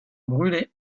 brûler